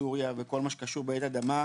סוריה וכל הקשור ברעידת אדמה.